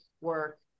work